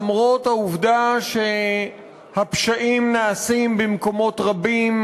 למרות העובדה שהפשעים נעשים במקומות רבים,